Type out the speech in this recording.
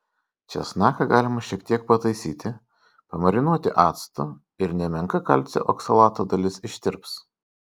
česnaką galima šiek tiek pataisyti pamarinuoti actu ir nemenka kalcio oksalato dalis ištirps